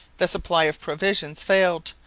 the supply of provisions failed,